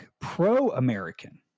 pro-American